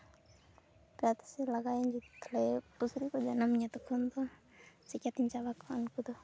ᱛᱟᱛᱥᱮ ᱞᱟᱜᱟᱭᱤᱧ ᱛᱟᱦᱚᱞᱮ ᱯᱩᱥᱨᱤ ᱠᱚ ᱡᱟᱱᱟᱢᱤᱧᱟᱹ ᱛᱚᱠᱷᱚᱱ ᱫᱚ ᱪᱮᱠᱟᱛᱤᱧ ᱪᱟᱵᱟ ᱠᱚᱣᱟ ᱩᱱᱠᱩ ᱫᱚ